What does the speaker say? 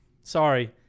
Sorry